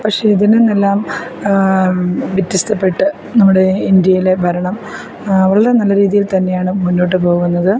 പക്ഷെ ഇതിനെന്നെല്ലാം വ്യത്യസ്തപ്പെട്ട് നമ്മുടെ ഇന്ത്യയിലെ ഭരണം വളരെ നല്ല രീതിയിൽ തന്നെയാണ് മുന്നോട്ട് പോകുന്നത്